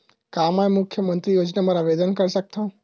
का मैं मुख्यमंतरी योजना बर आवेदन कर सकथव?